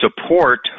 support